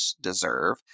deserve